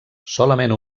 solament